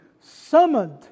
summoned